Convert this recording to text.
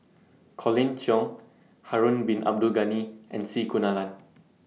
Colin Cheong Harun Bin Abdul Ghani and C Kunalan